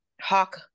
Hawk